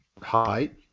height